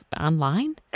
online